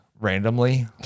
randomly